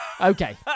Okay